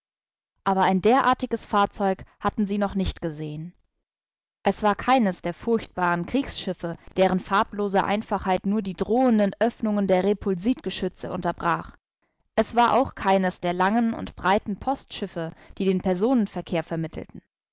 aber ein derartiges fahrzeug hatten sie noch nicht gesehen es war keines der furchtbaren kriegsschiffe deren farblose einfachheit nur die drohenden öffnungen der repulsitgeschütze unterbrach es war auch keines der langen und breiten postschiffe die den personenverkehr vermittelten